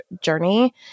journey